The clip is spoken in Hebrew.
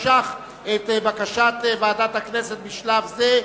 משך את בקשת ועדת הכנסת בשלב זה,